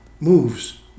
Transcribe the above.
moves